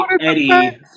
eddie